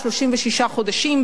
36 חודשים,